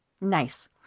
Nice